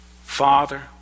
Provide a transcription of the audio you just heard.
Father